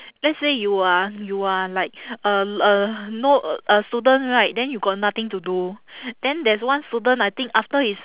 let's say you are you are like uh uh no a student right then you got nothing to do then there's one student I think after his